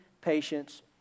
patience